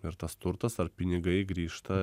ir tas turtas ar pinigai grįžta